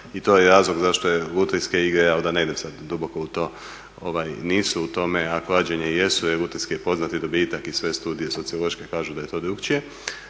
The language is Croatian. i to je razlog zašto lutrijske igre, da ne idem sad duboko u to, nisu u tome, a klađenje jesu jer lutrijski je poznati dobitak i sve studije sociološke kažu da je to drukčije.